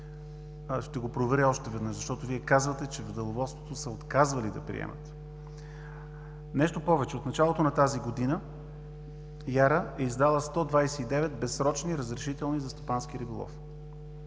Ще го проверя още веднъж, защото Вие казвате, че в Деловодството са отказвали да приемат. Нещо повече, от началото на тази година ИАРА е издала 129 безсрочни разрешителни за стопански риболов.